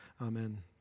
amen